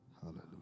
Hallelujah